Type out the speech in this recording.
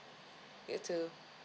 you too